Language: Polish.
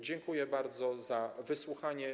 Dziękuję bardzo za wysłuchanie.